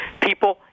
people